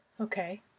Okay